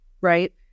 right